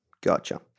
Gotcha